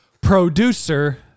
producer